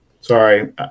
Sorry